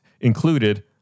included